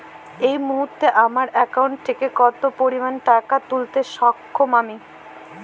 এই মুহূর্তে আমার একাউন্ট থেকে কত পরিমান টাকা তুলতে সক্ষম আমি?